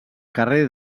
carrer